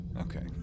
Okay